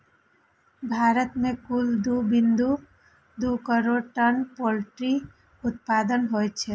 भारत मे कुल दू बिंदु दू करोड़ टन पोल्ट्री उत्पादन होइ छै